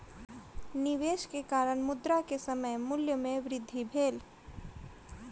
निवेश के कारण, मुद्रा के समय मूल्य में वृद्धि भेल